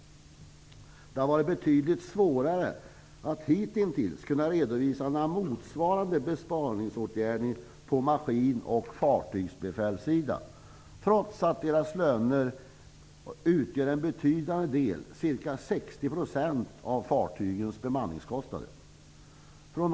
Det har varit betydligt svårare att hitintills kunna redovisa några motsvarande besparingsåtgärder på maskin och fartygsbefälssidan, trots att deras löner utgör en betydande del -- ca 60 %-- av fartygens bemanningskostnader.